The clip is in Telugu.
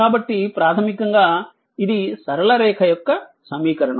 కాబట్టి ప్రాథమికంగా ఇది సరళ రేఖ యొక్క సమీకరణం